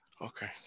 okay